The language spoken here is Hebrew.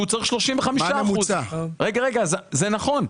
כי הוא צריך 35%. זה נכון.